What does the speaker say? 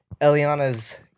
Eliana's